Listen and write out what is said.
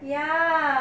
ya